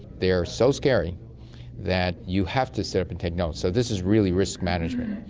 they're so scary that you have to sit up and take notice. so this is really risk management.